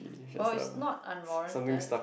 oh is not unwarrranted